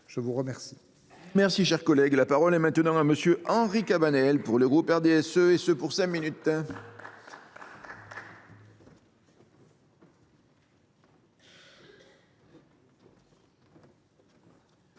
Je vous remercie,